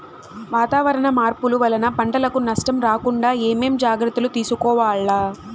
వాతావరణ మార్పులు వలన పంటలకు నష్టం రాకుండా ఏమేం జాగ్రత్తలు తీసుకోవల్ల?